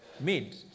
made